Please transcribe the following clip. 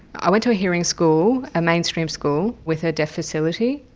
i went to a hearing school, a mainstream school, with a deaf facility,